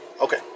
okay